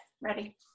ready